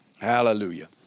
Hallelujah